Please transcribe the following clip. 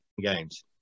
games